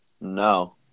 no